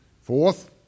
Fourth